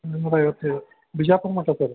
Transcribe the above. ನೂರ ಐವತ್ತು ರೀ ಬಿಜಾಪುರ ಮಠ ಸರ್